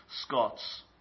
Scots